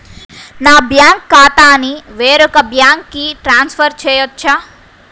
నా బ్యాంక్ ఖాతాని వేరొక బ్యాంక్కి ట్రాన్స్ఫర్ చేయొచ్చా?